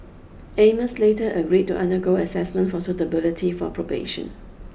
Amos later agreed to undergo assessment for suitability for probation